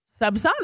Subsonic